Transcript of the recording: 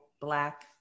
Black